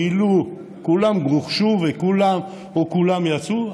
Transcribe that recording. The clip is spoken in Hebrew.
כאילו כולם גורשו או כולם יצאו,